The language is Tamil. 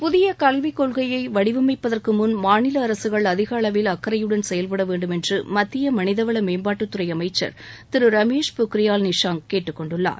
புதிய கல்கிக்கொள்கையை வடிவமைப்பதற்கு முன் மாநில அரசுகள் அதிக அளவில் அக்கறையுடன் செயல்பட வேண்டும் என்று மத்திய மனிதவள மேம்பாட்டுத்துறை அமைச்சர் திரு ரமேஷ் பொக்ரியால் நிஷாங்க் கேட்டுக்கொண்டுள்ளார்